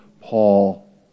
Paul